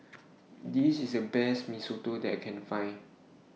This IS The Best Mee Soto that I Can Find